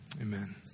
Amen